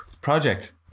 project